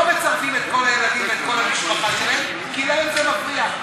לא מצרפים את כל הילדים ואת כל המשפחה שלהם כי להם זה מפריע.